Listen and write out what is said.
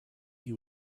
that